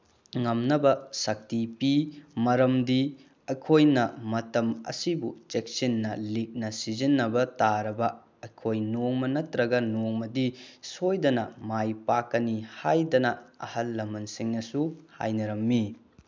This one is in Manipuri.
ꯉꯝꯅꯕ ꯁꯛꯇꯤ ꯄꯤ ꯃꯔꯝꯗꯤ ꯑꯩꯈꯣꯏꯅ ꯃꯇꯝ ꯑꯁꯤꯕꯨ ꯆꯦꯛꯁꯤꯟꯅ ꯂꯤꯛꯅ ꯁꯤꯖꯤꯟꯅꯕ ꯇꯥꯔꯕ ꯑꯩꯈꯣꯏ ꯅꯣꯡꯃ ꯅꯠꯇ꯭ꯔꯒ ꯅꯣꯡꯃꯗꯤ ꯁꯣꯏꯗꯅ ꯃꯥꯏ ꯄꯥꯛꯀꯅꯤ ꯍꯥꯏꯗꯅ ꯑꯍꯜ ꯂꯃꯟꯁꯤꯡꯅꯁꯨ ꯍꯥꯏꯅꯔꯝꯃꯤ